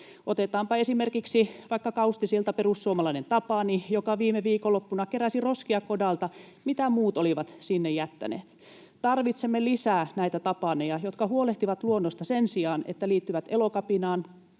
Otetaanpa esimerkiksi vaikka Kaustisilta perussuomalainen Tapani, joka viime viikonloppuna keräsi kodalta roskia, mitä muut olivat sinne jättäneet. Tarvitsemme lisää näitä tapaneja, jotka huolehtivat luonnosta sen sijaan, että liittyvät Elokapinaan